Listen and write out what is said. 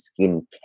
skincare